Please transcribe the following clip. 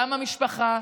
גם המשפחה,